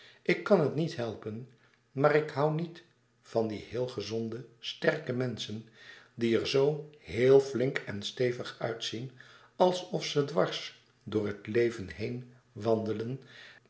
ik kan het niet helpen maar ik hoû niet van die héel gezonde sterke menschen die er zoo héel flink en stevig uitzien alsof ze dwars door het leven heen wandelen